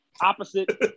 opposite